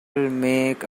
make